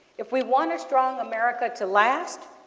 if we want a strong america to last,